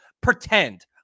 pretend